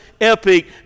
epic